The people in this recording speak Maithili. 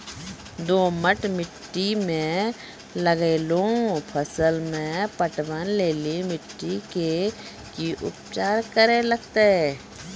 दोमट मिट्टी मे लागलो फसल मे पटवन लेली मिट्टी के की उपचार करे लगते?